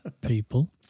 people